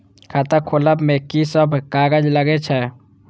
खाता खोलब में की सब कागज लगे छै?